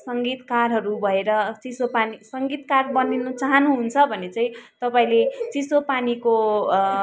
सङ्गीतकरहरू भएर चिसो पानी सङ्गीतकार बनिनु चाहनुहुन्छ भने चाहिँ तपाईँले चिसो पानीको